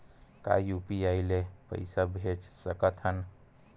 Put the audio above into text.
का यू.पी.आई ले पईसा भेज सकत हन?